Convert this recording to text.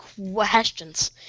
questions